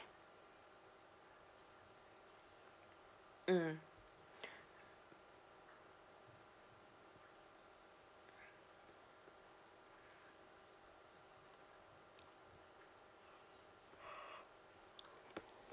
mm